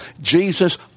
Jesus